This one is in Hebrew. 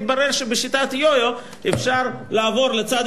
מסתבר שבשיטת היו-יו אפשר לעבור לצד